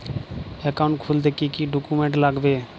Account খুলতে কি কি ডকুমেন্ট লাগবে?